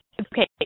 Okay